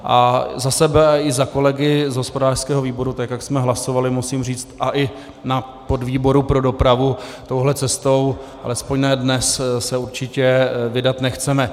A za sebe i za kolegy z hospodářského výboru, tak jak jsme hlasovali, musím říct, a i na podvýboru pro dopravu touto cestou, alespoň ne dnes, se určitě vydat nechceme.